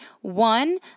One